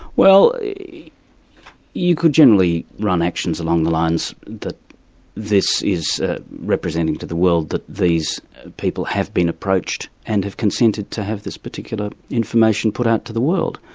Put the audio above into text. well you could generally run actions along the lines that this is ah representing to the world that these people have been approached and have consented to have this particular information put out to the world.